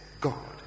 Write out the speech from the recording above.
God